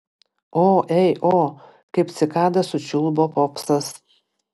o ei o kaip cikada sučiulbo popsas